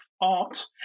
art